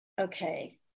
Okay